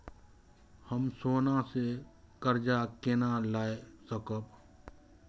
हम सोना से कर्जा केना लाय सकब?